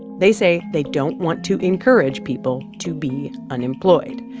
they say they don't want to encourage people to be unemployed.